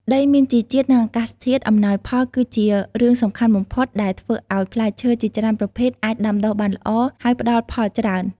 ដីមានជីជាតិ និងអាកាសធាតុអំណោយផលគឺជារឿងសំខាន់បំផុតដែលធ្វើឱ្យផ្លែឈើជាច្រើនប្រភេទអាចដាំដុះបានល្អ ហើយផ្តល់ផលច្រើន។